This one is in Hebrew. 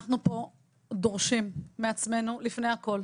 אנחנו פה דורשים, מעצמנו לפני הכול,